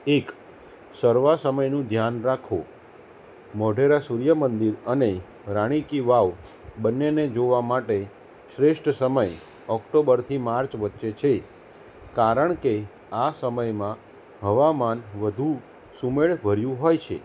એક સર્વસમયનું ધ્યાન રાખવું મોઢેરા સૂર્યમંદિર અને રાણી કી વાવ બંનેને જોવા માટે શ્રેષ્ઠ સમય ઓક્ટોબરથી માર્ચ વચ્ચે છે કારણ કે આ સમયમાં હવામાન વધુ સુમેળભર્યું હોય છે